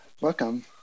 Welcome